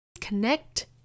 Connect